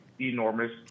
enormous